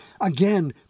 Again